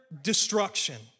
destruction